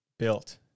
built